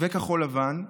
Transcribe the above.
וכחול לבן,